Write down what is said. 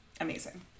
amazing